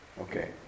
Okay